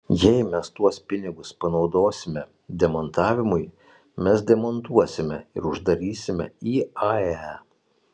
jei mes tuos pinigus panaudosime demontavimui mes demontuosime ir uždarysime iae